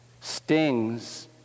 stings